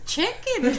chicken